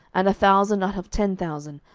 and a thousand out of ten thousand,